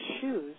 shoes